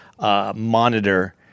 Monitor